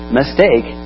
mistake